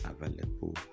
available